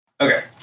Okay